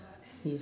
yes ah